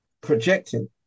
projecting